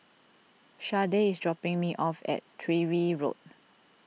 Sharday is dropping me off at Tyrwhitt Road